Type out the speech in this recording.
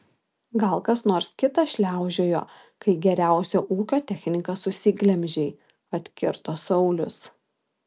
gal kas nors kitas šliaužiojo kai geriausią ūkio techniką susiglemžei atkirto saulius